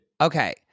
Okay